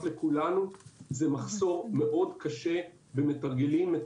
לכולנו זה מחסור מאוד קשה במתרגלים/מתרגלות,